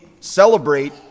celebrate